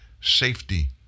safety